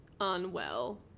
unwell